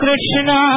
Krishna